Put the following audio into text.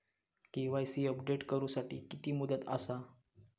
KYC update करू साठी किती मुदत आसा?